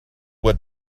what